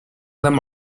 them